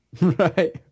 Right